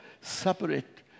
separate